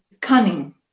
cunning